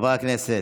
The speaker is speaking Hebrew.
חברי הכנסת.